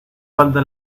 falta